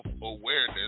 self-awareness